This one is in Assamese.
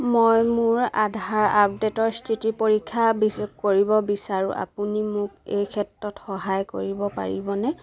মই মোৰ আধাৰ আপডেটৰ স্থিতি পৰীক্ষা বি কৰিব বিচাৰোঁ আপুনি মোক এই ক্ষেত্ৰত সহায় কৰিব পাৰিবনে